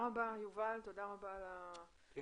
יובל תודה רבה על המצגת.